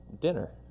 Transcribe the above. dinner